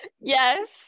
Yes